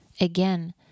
Again